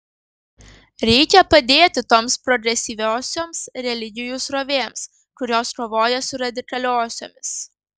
reikia padėti toms progresyviosioms religijų srovėms kurios kovoja su radikaliosiomis